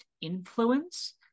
influence